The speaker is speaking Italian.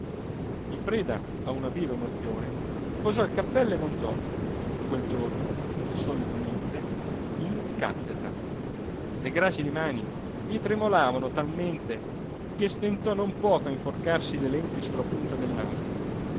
in preda a una viva emozione posò il cappello e montò quel giorno insolitamente in cattedra le gracili mani gli tremolavano talmente che stentò non poco a inforcarsi le lenti sulla punta del naso